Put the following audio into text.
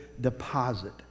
deposit